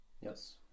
Yes